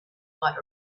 might